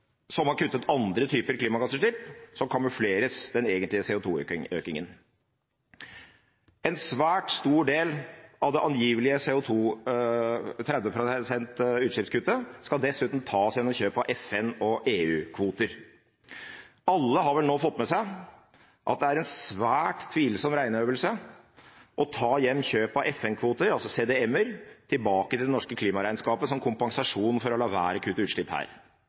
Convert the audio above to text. gjøre, har man kuttet andre typer klimagassutslipp, som kamuflerer den egentlige økningen i utslipp av CO2. En svært stor del av det angivelige 30 pst.-kuttet i utslipp av CO2 skal dessuten tas gjennom kjøp av FN- og EU-kvoter. Alle har vel nå fått med seg at det er en svært tvilsom regneøvelse å ta igjen kjøp av FN-kvoter, altså CDM-kvoter, tilbake til det norske klimaregnskapet som kompensasjon for å la være å kutte utslipp her.